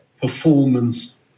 performance